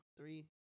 three